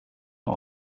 ort